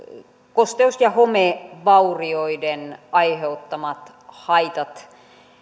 kosteus ja homevaurioiden aiheuttamat haitat